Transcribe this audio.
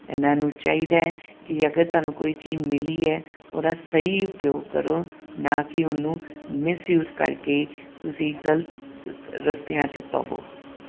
ਇਹਨਾਂ ਨੂੰ ਚਾਹੀਦਾ ਕਿ ਅਗਰ ਤੁਹਾਨੂੰ ਕੋਈ ਚੀਜ਼ ਮਿਲੀ ਹੈ ਉਹਦਾ ਸਹੀ ਉਪਯੋਗ ਕਰੋ ਨਾ ਕਿ ਉਹਨੂੰ ਮਿਸਯੂਜ ਕਰਕੇ ਤੁਸੀਂ ਗਲਤ ਰਸਤਿਆਂ 'ਚ ਪਓ